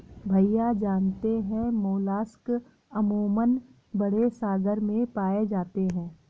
भैया जानते हैं मोलस्क अमूमन बड़े सागर में पाए जाते हैं